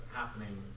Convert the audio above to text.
happening